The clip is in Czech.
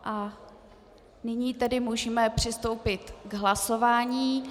A nyní tedy můžeme přistoupit k hlasování.